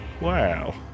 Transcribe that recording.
Wow